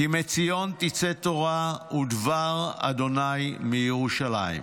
כי מציון תצא תורה ודבר ה' מירושלים.